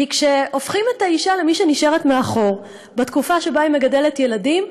כי כשהופכים את האישה למי שנשארת מאחור בתקופה שבה היא מגדלת ילדים,